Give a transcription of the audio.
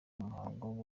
umuhango